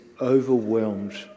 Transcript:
overwhelmed